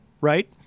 Right